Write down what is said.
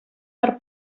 per